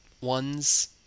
ones